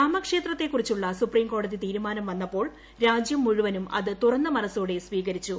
രാമക്ഷേത്രത്തെക്കുറിച്ചുള്ള supreme കോടതി തീരുമാനം വന്നപ്പോൾ രാജ്യം മുഴുവനും അത് തുറന്ന മനസ്സോടെ സ്വീകരിച്ചു